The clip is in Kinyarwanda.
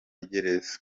gereza